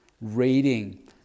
reading